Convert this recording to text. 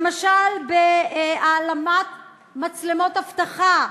למשל בהעלמת מצלמות אבטחה,